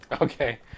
Okay